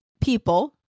people